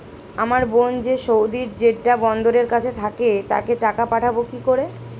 আমার বোন যে সৌদির জেড্ডা বন্দরের কাছে থাকে তাকে টাকা পাঠাবো কি করে?